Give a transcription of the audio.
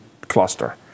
cluster